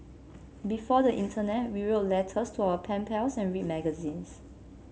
before the internet we wrote letters to our pen pals and read magazines